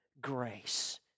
grace